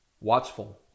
watchful